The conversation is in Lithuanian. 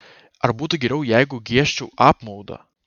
ar būtų geriau jeigu giežčiau apmaudą